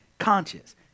Conscious